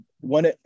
one